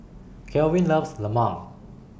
Kelvin loves Lemang